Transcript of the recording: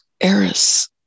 Eris